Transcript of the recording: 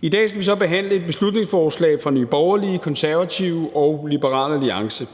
I dag skal vi så behandle et beslutningsforslag fra Nye Borgerlige, Konservative og Liberal Alliance.